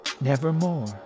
nevermore